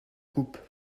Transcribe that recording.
coupes